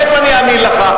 איפה אני אאמין לך?